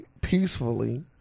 peacefully